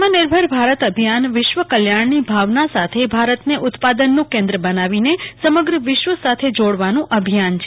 S આત્મનિર્ભર ભારત અભિયાન વિશ્વ કલ્યાણની ભાવનાં સાથે ભારતને ઉત્પાદનનું કેન્દ્ર બનાવીને સમગ્ર વિશ્વ સાથે જોડવાનું અભિયાને છે